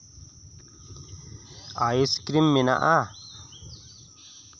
ice cream ᱢᱮᱱ ᱟᱜᱼᱟ